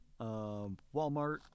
Walmart